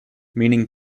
meaning